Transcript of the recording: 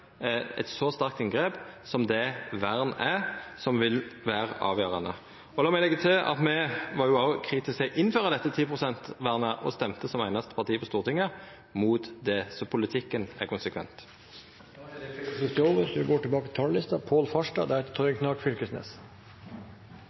eit så sterkt inngrep som det vern er, som vil vera avgjerande. La meg leggja til at me var òg kritiske til å innføra dette 10 pst.-vernet og stemte – som einaste parti på Stortinget – imot det. Så politikken er konsekvent.